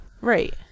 Right